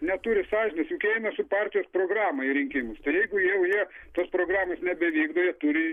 neturi sąžinės juk jie eina su partijos programa į rinkimus tai jeigu jau jie tos programos nebevykdo jie turi